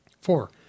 Four